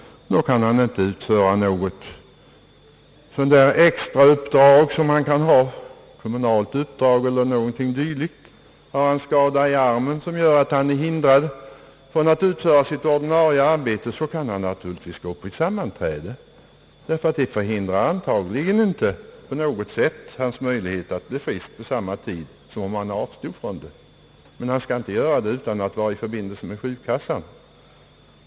Då kan han inte utföra något extrauppdrag — ett kommunalt uppdrag e. d. Om han har en skada i armen som gör att han är förhindrad utföra sitt ordinarie arbete kan han naturligtvis delta i ett sammanträde, vilket antagligen inte på något sätt förhindrar hans möjligheter att bli frisk vid samma tid som om han avstod ifrån det. Men han skall inte göra detta utan att vara i förbindelse med sjukkassan!